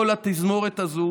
כל התזמורת הזאת